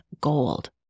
gold